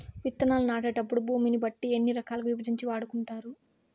విత్తనాలు నాటేటప్పుడు భూమిని బట్టి ఎన్ని రకాలుగా విభజించి వాడుకుంటారు?